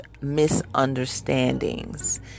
misunderstandings